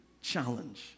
challenge